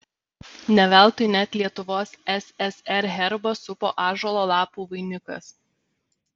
ne veltui net lietuvos ssr herbą supo ąžuolo lapų vainikas